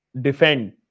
defend